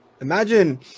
imagine